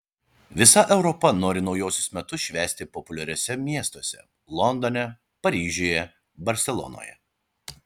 visa europa nori naujuosius metus švęsti populiariuose miestuose londone paryžiuje barselonoje